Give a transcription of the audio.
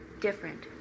different